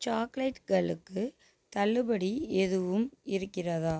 சாக்லேட்டுகளுக்கு தள்ளுபடி எதுவும் இருக்கிறதா